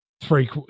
three